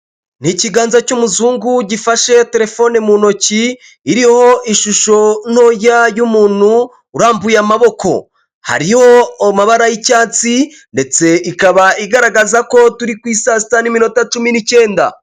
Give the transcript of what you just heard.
Ni ikiganza cy'umuzungu gifashe telefone mu ntoki iriho ishusho ntoya y'umuntu urambuye amaboko hari amabara y'icyatsi ndetse ikaba igaragaza ko turi ku isa sita n'iminota cumi n'icyenda.